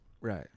Right